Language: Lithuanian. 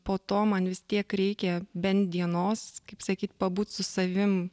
po to man vis tiek reikia bent dienos kaip sakyt pabūt su savim